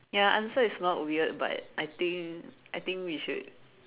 ya answer is not weird but I think I think we should